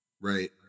right